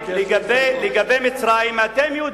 אתה אזרח המדינה.